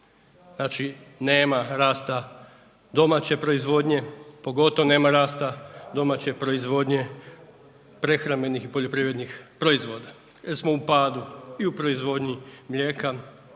znači nema rasta domaće proizvodnje, pogotovo nema rasta domaće proizvodnje prehrambenih i poljoprivrednih proizvoda jer smo u padu i u proizvodnji mlijeka